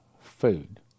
food